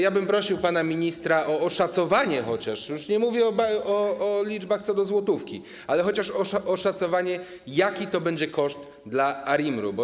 Ja bym prosił pana ministra chociaż o oszacowanie, już nie mówię o liczbach co do złotówki, ale chociaż o oszacowanie, jaki to będzie koszt dla ARiMR-u.